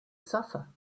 suffer